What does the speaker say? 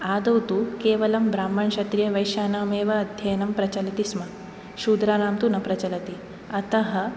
आदौ तु केवलं ब्राह्मणक्षत्रियवैश्यानामेव अध्ययनं प्रचलति स्म शूद्राणां तु न प्रचलति अतः